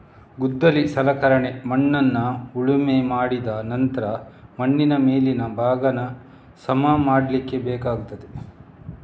ಗುದ್ದಲಿ ಸಲಕರಣೆ ಮಣ್ಣನ್ನ ಉಳುಮೆ ಮಾಡಿದ ನಂತ್ರ ಮಣ್ಣಿನ ಮೇಲಿನ ಭಾಗಾನ ಸಮ ಮಾಡ್ಲಿಕ್ಕೆ ಬೇಕಾಗುದು